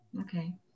Okay